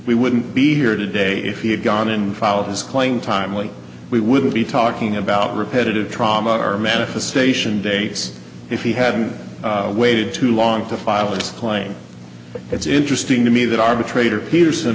we wouldn't be here today if he had gone and filed his claim timely we wouldn't be talking about repetitive trauma our manifestation days if he hadn't waited too long to file this claim but it's interesting to me that arbitrator peterson